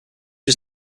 was